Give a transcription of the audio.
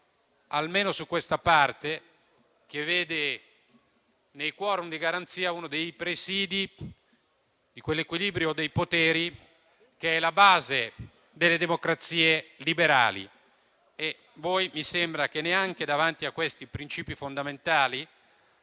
almeno su questa parte, che vede nei *quorum* di garanzia uno dei presìdi di quell'equilibrio dei poteri che è la base delle democrazie liberali. Mi sembra che neanche davanti a questi principi fondamentali